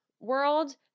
World